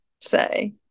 say